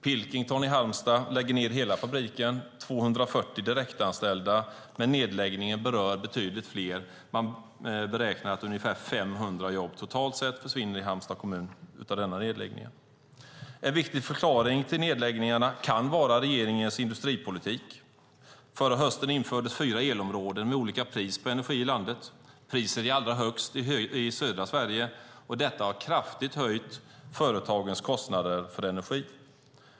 Pilkington i Halmstad lägger ned hela fabriken med 240 direktanställda, men nedläggningen berör betydligt fler. Man beräknar att ungefär 500 jobb totalt sett försvinner i Halmstads kommun på grund av denna nedläggning. En viktig förklaring till nedläggningarna kan vara regeringens industripolitik. Förra hösten infördes fyra elområden med olika pris på energi i landet. Priset är allra högst i södra Sverige. Detta har kraftigt höjt företagens kostnader för energi.